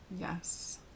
Yes